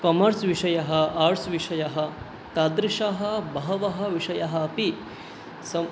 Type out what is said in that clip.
कमर्स्विषयः आर्ट्स्विषयः तादृशाः बहवः विषयाः अपि सव्